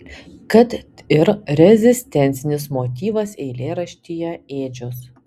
kad ir rezistencinis motyvas eilėraštyje ėdžios